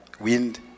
wind